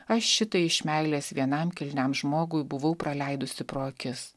aš šitai iš meilės vienam kilniam žmogui buvau praleidusi pro akis